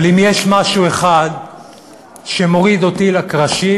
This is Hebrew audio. אבל אם יש משהו אחד שמוריד אותי לקרשים,